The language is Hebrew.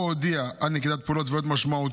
או הודיעה על נקיטת פעולות צבאיות משמעותיות,